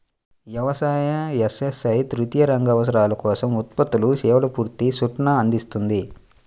వ్యవసాయ, ఎస్.ఎస్.ఐ తృతీయ రంగ అవసరాల కోసం ఉత్పత్తులు, సేవల పూర్తి సూట్ను అందిస్తుంది